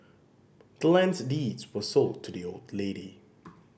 the land's deeds was sold to the old lady